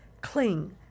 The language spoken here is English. cling